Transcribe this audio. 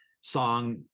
song